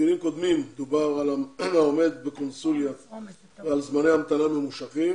בדיונים קודמים דובר על זמני המתנה ממושכים